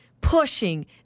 pushing